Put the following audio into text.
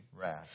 wrath